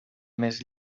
més